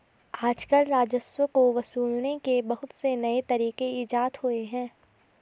आजकल राजस्व को वसूलने के बहुत से नये तरीक इजात हुए हैं